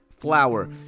Flour